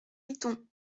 iton